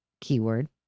Keyword